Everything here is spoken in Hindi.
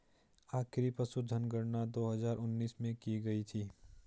आखिरी पशुधन गणना दो हजार उन्नीस में की गयी थी